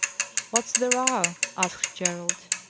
what's the row? asked gerald.